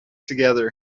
together